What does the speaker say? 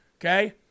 okay